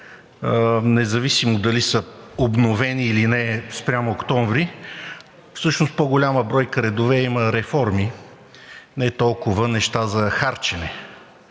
независимо дали са обновени, или не спрямо месец октомври. По-голяма бройка редове има в реформи и не толкова неща за харчене,